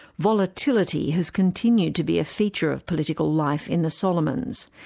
volatility has continued to be a feature of political life in the solomons.